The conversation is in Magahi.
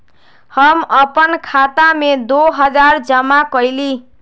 हम अपन खाता में दो हजार जमा कइली